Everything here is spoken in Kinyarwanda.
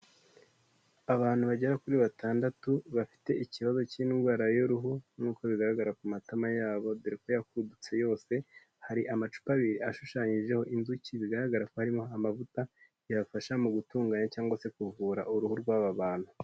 Abantu bagera kuri batandatu, bafite ikibazo cy'indwara y'uruhu nkuko bigaragara ku matama yabo, dore ko yakudutse yose, hari amacupa abiri ashushanyijeho inzuki, bigaragara ko harimo amavuta yafasha mu gutunganya cyangwa se kuvura uruhu rw'aba bantu.